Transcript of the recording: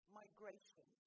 migration